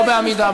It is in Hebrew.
לא בעמידה,